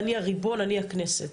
אני הריבון אני הכנסת,